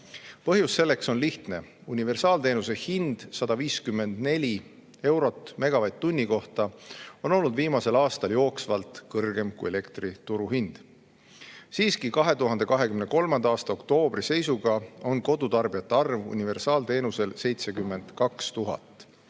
Põhjus selleks on lihtne: universaalteenuse hind 154 eurot megavatt-tunni kohta on olnud viimasel aastal jooksvalt kõrgem kui elektri turuhind. Siiski, 2023. aasta oktoobri seisuga on universaalteenust